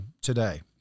today